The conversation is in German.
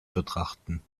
betrachten